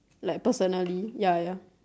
like personally ya ya